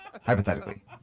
hypothetically